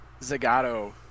Zagato